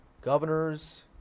governors